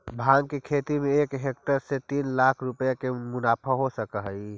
भाँग के खेती में एक हेक्टेयर से तीन लाख रुपया के मुनाफा हो सकऽ हइ